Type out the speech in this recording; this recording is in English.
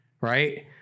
right